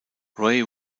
ray